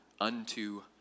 unto